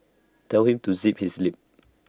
tell him to zip his lip